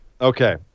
Okay